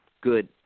good